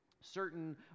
certain